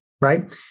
right